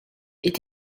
est